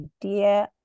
dear